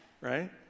right